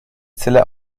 zelle